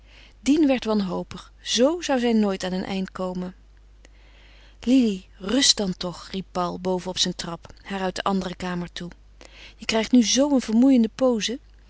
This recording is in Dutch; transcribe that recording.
dien werd wanhopig zo zou zij nooit aan een eind komen lili rust dan toch riep paul boven op zijn trap haar uit de andere kamer toe je krijgt nu zoo een vermoeiende poze